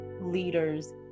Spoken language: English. leaders